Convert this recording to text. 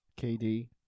KD